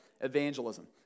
evangelism